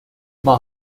ماه